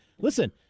listen